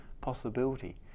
possibility